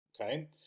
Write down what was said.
Okay